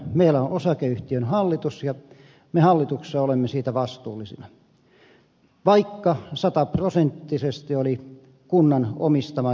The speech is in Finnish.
meillä on osakeyhtiön hallitus ja me hallituksessa olemme siitä vastuullisia vaikka sataprosenttisesti oli kunnan omistama yhtiö kyseessä